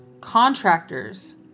contractors